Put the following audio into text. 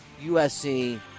USC